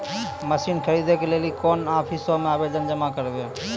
Machine खरीदै के लेली कोन आफिसों मे आवेदन जमा करवै?